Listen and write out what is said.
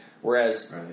Whereas